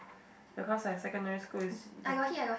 because my secondary school is t~